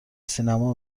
سینما